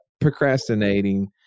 procrastinating